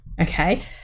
okay